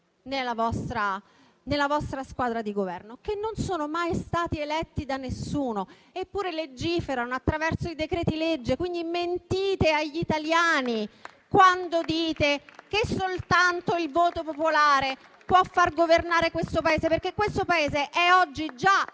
nella vostra squadra di Governo che non sono mai stati eletti da nessuno, eppure legiferano attraverso i decreti-legge. Mentite quindi agli italiani, quando dite che soltanto il voto popolare può far governare questo Paese, che oggi è già